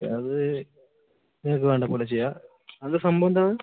അത് നിങ്ങൾക്ക് വേണ്ടത് പോലെ ചെയ്യാം അത് സംഭവം എന്താണ്